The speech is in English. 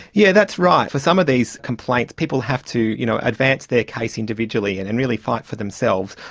yeah that's right, for some of these complaints people have to you know advance their case individually and and really fight for themselves,